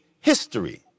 history